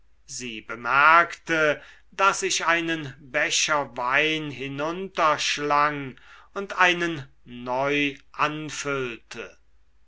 sie bemerkte daß ich einen becher wein hinunterschlang und einen neu anfüllte